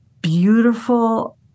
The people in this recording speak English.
beautiful